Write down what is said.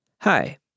Hi